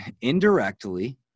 indirectly